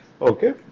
Okay